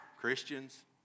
Christians